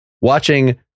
watching